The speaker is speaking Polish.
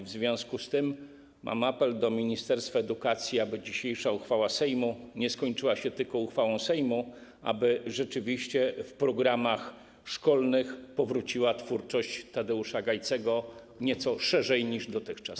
W związku z tym mam apel do ministerstwa edukacji, aby dzisiejsza uchwała Sejmu nie skończyła tylko jako uchwała Sejmu, aby rzeczywiście w programach szkolnych powróciła twórczość Tadeusza Gajcego nieco szerzej niż dotychczas.